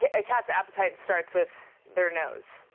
a, a cat's appetite starts with their nose.